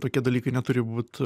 tokie dalykai neturi būt